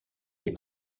les